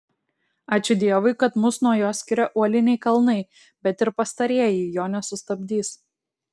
ačiū dievui kad mus nuo jo skiria uoliniai kalnai bet ir pastarieji jo nesustabdys